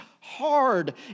hard